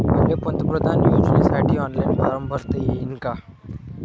मले पंतप्रधान योजनेसाठी ऑनलाईन फारम भरता येईन का?